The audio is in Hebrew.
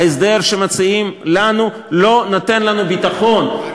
ההסדר שמציעים לנו לא נותן לנו ביטחון,